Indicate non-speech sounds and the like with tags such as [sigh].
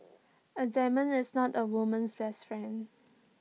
[noise] A diamond is not A woman's best friend